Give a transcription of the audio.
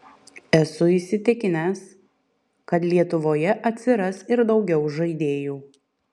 esu įsitikinęs kad lietuvoje atsiras ir daugiau žaidėjų